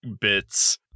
bits